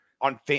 On